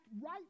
right